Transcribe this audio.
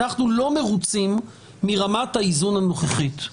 אנחנו לא מרוצים מרמת האיזון הנוכחית.